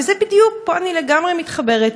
וזה בדיוק, פה אני לגמרי מתחברת.